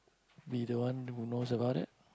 be the one who knows about it